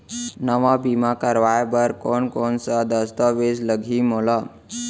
नवा बीमा करवाय बर कोन कोन स दस्तावेज लागही मोला?